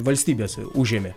valstybes užėmė